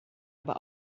aber